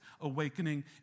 awakening